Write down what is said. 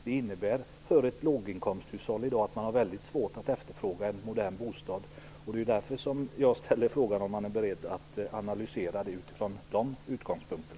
Det innebär att låginkomsthushåll i dag har väldigt svårt att efterfråga en modern bostad. Det är därför jag undrar om man är beredd att analysera frågan utifrån dessa utgångspunkter.